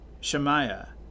Shemaiah